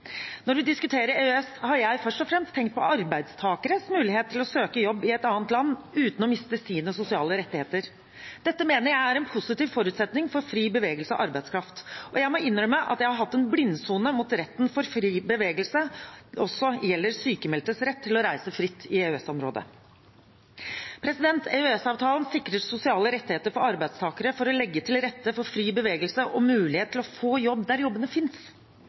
Når vi diskuterer EØS, har jeg først og fremst tenkt på arbeidstakeres mulighet til å søke jobb i et annet land uten å miste sine sosiale rettigheter. Dette mener jeg er en positiv forutsetning for fri bevegelse av arbeidskraft. Jeg må innrømme at jeg har hatt en blindsone mot at retten til fri bevegelse også gjelder sykmeldtes rett til å reise fritt i EØS-området. EØS-avtalen sikrer sosiale rettigheter for arbeidstakere for å legge til rette for fri bevegelse og muligheter til å få jobb der jobbene finnes.